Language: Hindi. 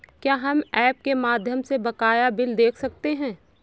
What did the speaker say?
क्या हम ऐप के माध्यम से बकाया बिल देख सकते हैं?